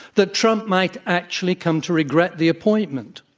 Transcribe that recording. that trump might actually come to regret the appointment.